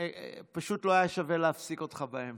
פשוט לא היה שווה להפסיק אותך באמצע.